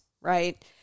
right